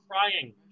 crying